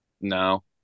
No